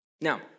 Now